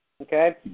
Okay